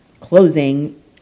closing